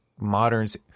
moderns